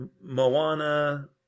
Moana